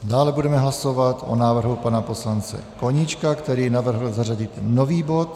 Dále budeme hlasovat o návrhu pana poslance Koníčka, který navrhl zařadit nový bod.